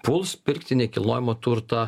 puls pirkti nekilnojamą turtą